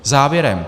Závěrem.